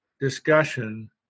discussion